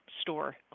store